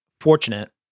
fortunate